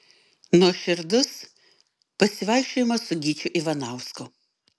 nuoširdus pasivaikščiojimas su gyčiu ivanausku